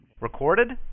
Recorded